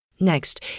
Next